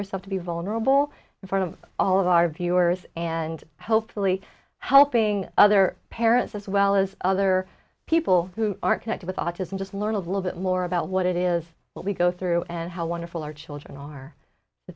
yourself to be vulnerable in front of all of our viewers and hopefully helping other parents as well as other people who aren't connected with autism just learn a little bit more about what it is what we go through and how wonderful our children are